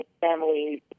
families